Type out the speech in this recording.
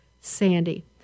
Sandy